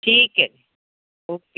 ਠੀਕ ਐ ਓਕੇ